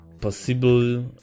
possible